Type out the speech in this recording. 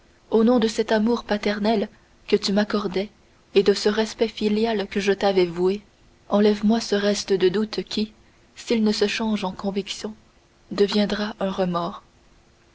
au nom de cet amour paternel que tu m'accordais et de ce respect filial que je t'avais voué enlève moi ce reste de doute qui s'il ne se change en conviction deviendra un remords